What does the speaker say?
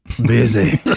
Busy